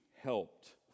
helped